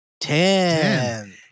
Ten